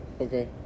Okay